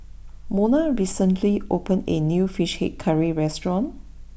Monna recently opened a new Fish Head Curry restaurant